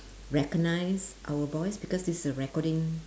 recognise our voice because this is a recording